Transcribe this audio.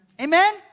Amen